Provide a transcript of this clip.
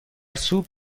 سوپ